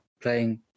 playing